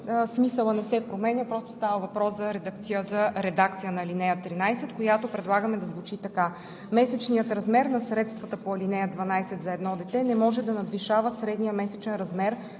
Смисълът не се променя, просто става въпрос за редакция на ал. 13, която предлагаме да звучи така: „Месечният размер на средствата по ал. 12 за едно дете не може да надвишава средния месечен размер